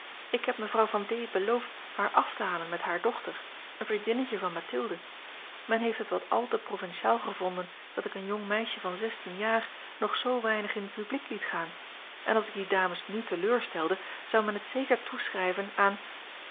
ik heb mevrouw v d beloofd haar af te halen met hare dochter een vriendinnetje van mathilde men heeft het wat al te provinciaal gevonden dat ik een jong meisje van zestien jaar nog zoo weinig in het publiek liet gaan en als ik die dames n teleurstelde zou men het zeker toeschrijven aan